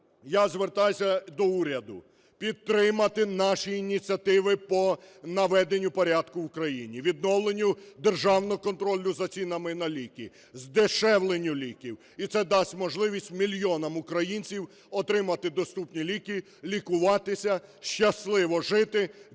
я звертаюся до уряду підтримати наші ініціативи по наведенню порядку у країні, відновленню державного контролю за цінами на ліки, здешевленню ліків. І це дасть можливість мільйонам українців отримати доступні ліки, лікуватися, щасливо жити, дякувати